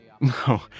No